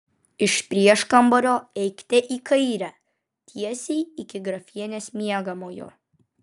iš prieškambario eikite į kairę tiesiai iki grafienės miegamojo